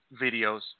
videos